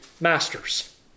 masters